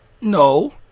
No